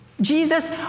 Jesus